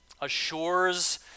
assures